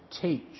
teach